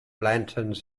lanterns